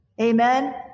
Amen